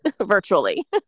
virtually